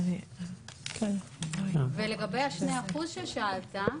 ולגבי 2% ששאלת,